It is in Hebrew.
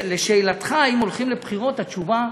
לשאלתך אם הולכים לבחירות, התשובה: